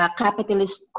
capitalist